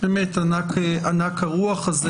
ענק הרוח הזה.